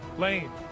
lane,